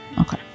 Okay